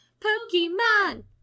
Pokemon